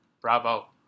bravo